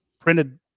printed